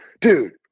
dude